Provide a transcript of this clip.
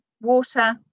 water